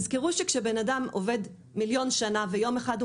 תזכרו שכאשר אדם עובד מיליון שנה ויום אחד הוא